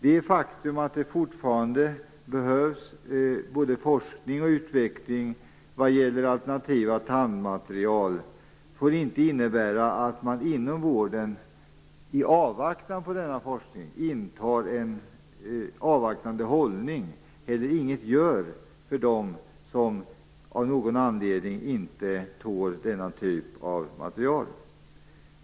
Det faktum att det fortfarande behövs både forskning och utveckling vad gäller alternativa tandmaterial får inte innebära att man inom vården, i avvaktan på denna forskning, intar en avvaktande hållning eller inget gör för dem som av någon anledning inte tål denna typ av material.